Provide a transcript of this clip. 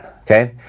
Okay